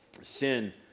Sin